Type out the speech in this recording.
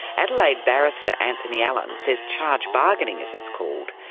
adelaide barrister anthony allen says charge bargaining, as it's called,